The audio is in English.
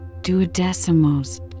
Duodecimos